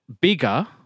Bigger